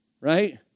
right